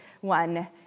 one